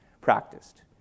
practiced